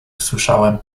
usłyszałem